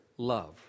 Love